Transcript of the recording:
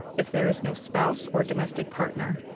if there is no spouse or domestic partner,